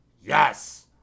Yes